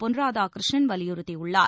பொன் ராதாகிருஷ்ணன் வலியுறுத்தியுள்ளார்